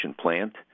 plant